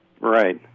Right